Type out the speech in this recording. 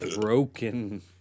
broken